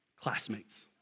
classmates